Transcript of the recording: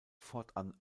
fortan